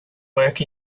work